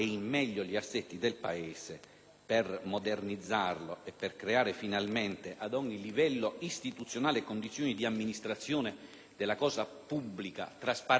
per modernizzarlo e per creare finalmente ad ogni livello istituzionale condizioni di amministrazione della cosa pubblica trasparenti, responsabili e pienamente